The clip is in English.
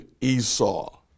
Esau